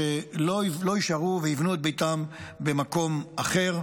שלא יישארו ויבנו את ביתם במקום אחר.